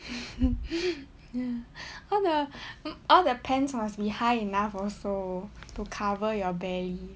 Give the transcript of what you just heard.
ya all the all the pants must be high enough also to cover your belly